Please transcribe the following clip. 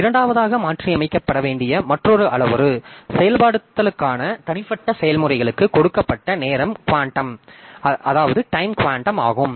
இரண்டாவதாக மாற்றியமைக்க வேண்டிய மற்றொரு அளவுரு செயல்படுத்தலுக்கான தனிப்பட்ட செயல்முறைகளுக்கு கொடுக்கப்பட்ட நேரம் குவாண்டம் ஆகும்